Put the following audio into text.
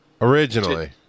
originally